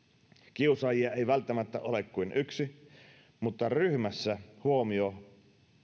kiusaajia ei välttämättä ole kuin yksi mutta ryhmässä huomio